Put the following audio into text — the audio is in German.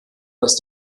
dass